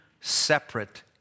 separate